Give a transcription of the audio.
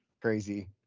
crazy